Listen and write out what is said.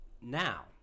Now